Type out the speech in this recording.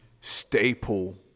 staple